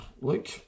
Look